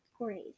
grade